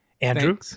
Andrew